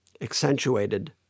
accentuated